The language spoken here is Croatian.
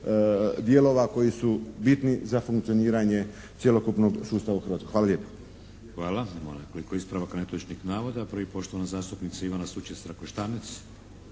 dijelova koji su bitni za funkcioniranje cjelokupnog sustava u Hrvatskoj. Hvala lijepa. **Šeks, Vladimir (HDZ)** Hvala. Imamo nekoliko ispravaka netočnih navoda. Prvi, poštovana zastupnica Ivana Sučec-Trakoštanec.